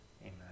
Amen